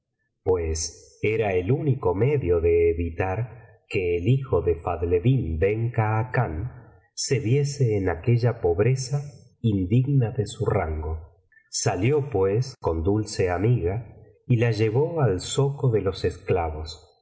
pues era el único medio de evitar que el hijo de fadleddín ben khacan se viese en aquella pobreza indigna de su rango salió pues con dulce amiga y la llevó al zoco de los esclavos